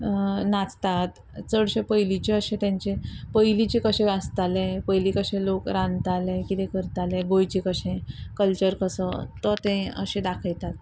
नाचतात चडशे पयलींचे अशे तांचे पयलीचें कशें आसतालें पयलीं कशें लोक रांदताले कितें करताले गोंयचे कशें कल्चर कसो तो ते अशे दाखयतात